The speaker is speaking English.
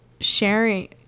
sharing